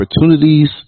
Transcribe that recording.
opportunities